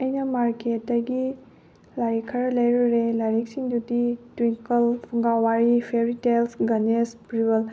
ꯑꯩꯅ ꯃꯥꯔꯀꯦꯠꯇꯒꯤ ꯂꯥꯏꯔꯤꯛ ꯈꯔ ꯂꯩꯔꯨꯔꯦ ꯂꯥꯏꯔꯤꯛꯁꯤꯡꯗꯨꯗꯤ ꯇ꯭ꯋꯤꯡꯀꯜ ꯐꯨꯡꯒꯥ ꯋꯥꯔꯤ ꯐꯦꯔꯤ ꯇꯦꯜꯁ ꯒꯅꯦꯖ ꯄ꯭ꯔꯤꯋꯜ